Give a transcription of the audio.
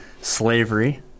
slavery